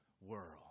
world